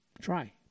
try